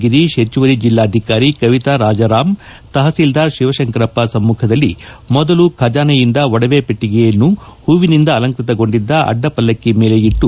ಗಿರೀಶ್ ಹೆಚ್ಚುವರಿ ಜಿಲ್ಲಾಧಿಕಾರಿ ಕವಿತರಾಜರಾಮ್ ತಹಶೀಲ್ದಾರ್ ತಿವಶಂಕರಪ್ಪ ಸಮ್ಮುಖದಲ್ಲಿ ಮೊದಲು ಖಜಾನೆಯಿಂದ ಒಡವೆ ಹೆಟ್ಟಗೆಯನ್ನು ಹೂವಿನಿಂದ ಅಲಂಕೃತಗೊಂಡಿದ್ದ ಅಡ್ಡ ಪಲ್ಲಕ್ಷಿ ಮೇಲೆ ಇಟ್ಟು ಪೂಜಿ ಸಲ್ಲಿಸಿದರು